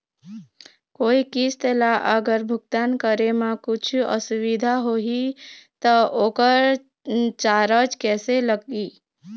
कोई किस्त ला अगर भुगतान करे म कुछू असुविधा होही त ओकर चार्ज कैसे लगी?